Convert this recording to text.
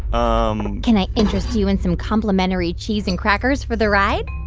um can i interest you in some complimentary cheese and crackers for the ride?